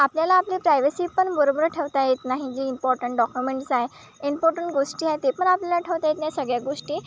आपल्याला आपली प्रायव्हेसी पण बरोबर ठेवता येत नाही जे इम्पॉर्टंट डॉक्युमेंट्स आहे इम्पॉर्टंट गोष्टी आहे ते पण आपल्याला ठेवता येत नाही सगळ्या गोष्टी